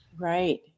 Right